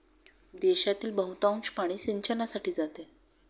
देशातील बहुतांश पाणी सिंचनासाठी जाते